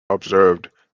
observed